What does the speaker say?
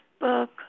book